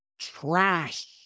trash